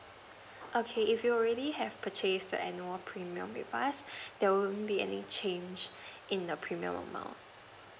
okay if you already have purchased the annual premium with us there won't be any change in the premium amount